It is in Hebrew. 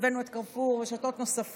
הבאנו את קרפור ורשתות נוספות.